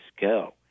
go